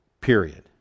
Period